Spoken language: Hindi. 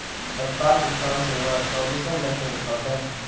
तत्काल भुगतान सेवा चोबीसों घंटे उपलब्ध है